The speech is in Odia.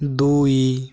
ଦୁଇ